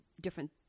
different